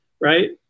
right